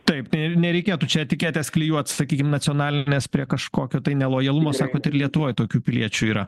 taip ir nereikėtų čia etiketės klijuot sakykim nacionalinės prie kažkokio tai nelojalumo sakot ir lietuvoj tokių piliečių yra